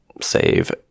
save